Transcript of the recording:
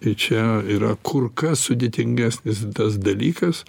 ir čia yra kur kas sudėtingesnis tas dalykas